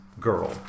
girl